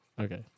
Okay